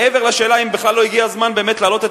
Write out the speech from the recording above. מעבר לשאלה אם בכלל לא הגיע הזמן באמת להעלות את